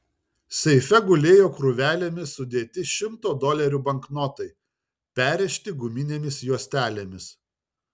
seife gulėjo krūvelėmis sudėti šimto dolerių banknotai perrišti guminėmis juostelėmis